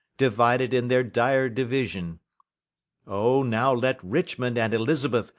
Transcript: divided in their dire division o, now let richmond and elizabeth,